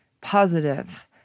positive